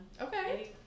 Okay